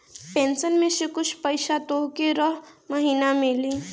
pension में से कुछ पईसा तोहके रह महिना मिली